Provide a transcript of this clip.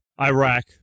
Iraq